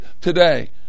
today